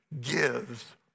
gives